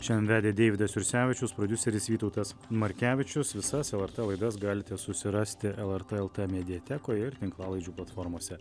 šiandien vedė deividas jursevičius prodiuseris vytautas markevičius visas lrt laidas galite susirasti lrt lt mediatekoje ir tinklalaidžių platformose